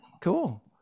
cool